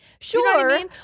Sure